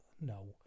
no